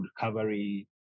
recovery